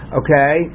okay